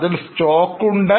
അതിൽ സ്റ്റോക്കുണ്ട്